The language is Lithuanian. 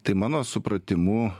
tai mano supratimu